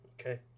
Okay